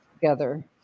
together